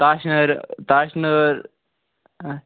تَش نٲر تَش نٲر